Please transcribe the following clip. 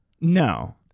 No